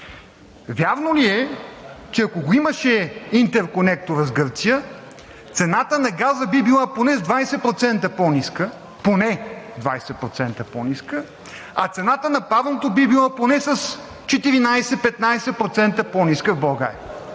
вярно ли е, че ако го имаше интерконекторът с Гърция, цената на газа би била поне с 20% по-ниска – поне с 20% по-ниска, а цената на парното би била поне с 14 – 15% по-ниска в България?